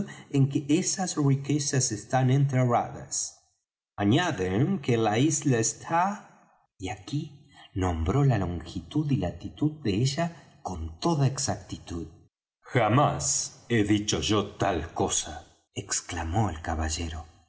en que esas riquezas están enterradas añaden que la isla está y aquí nombró la longitud y latitud de ella con toda exactitud jamás he dicho yo tal cosa exclamó el caballero